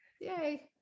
Yay